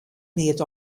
neat